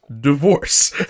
Divorce